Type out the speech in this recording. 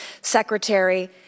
Secretary